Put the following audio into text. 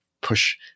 push